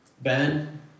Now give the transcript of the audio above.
Ben